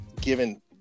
given